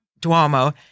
Duomo